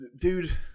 Dude